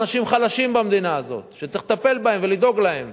יש גם אנשים חלשים במדינה הזאת שצריך לטפל בהם ולדאוג להם,